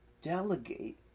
delegate